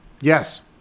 Yes